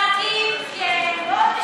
כפרטים, כן.